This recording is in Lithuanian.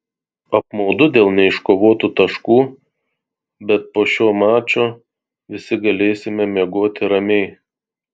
apmaudu dėl neiškovotų taškų bet po šio mačo visi galėsime miegoti ramiai